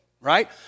right